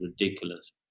ridiculous